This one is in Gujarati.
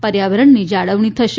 પર્યાવરણની જાળવણી થશે